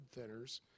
thinners